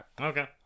Okay